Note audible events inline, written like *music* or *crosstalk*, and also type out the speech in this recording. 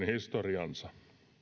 *unintelligible* historiansa